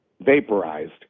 vaporized